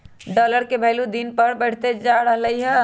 dollar के भइलु दिन पर दिन बढ़इते जा रहलई ह